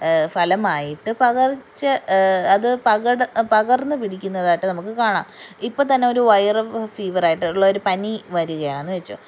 ഫലമായിട്ട് പകർച്ച അത് പകട പകർന്ന് പിടിക്കുന്നതായിട്ട് നമുക്ക് കാണാം ഇപ്പം തന്നെ ഒരു വൈറൽ ഫീവർ ആയിട്ടുള്ള ഒരു പനി വരികയാണെന്ന് വെച്ചോ